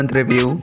review